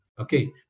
okay